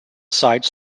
side